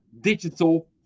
digital